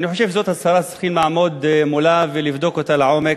אני חושב שזאת הצהרה שצריכים לעמוד מולה ולבדוק אותה לעומק,